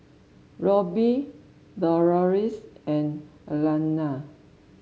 Robbie Deloris and Alana